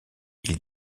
ils